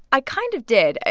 i kind of did.